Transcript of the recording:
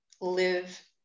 live